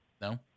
No